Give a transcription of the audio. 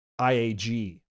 IAG